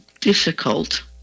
difficult